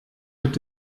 wird